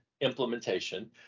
implementation